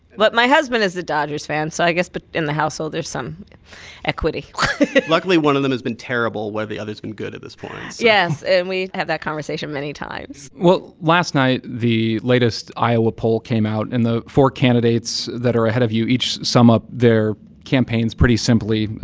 but my husband is the dodgers fan, so i guess but in the household there's some equity luckily, one of them has been terrible where the other's been good at this point yes. and we've had that conversation many times well, last night, the latest iowa poll came out, and the four candidates that are ahead of you each sum up their campaigns pretty simply.